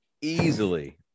easily